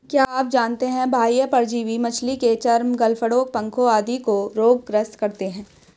क्या आप जानते है बाह्य परजीवी मछली के चर्म, गलफड़ों, पंखों आदि को रोग ग्रस्त करते हैं?